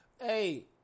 Hey